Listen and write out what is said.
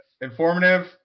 Informative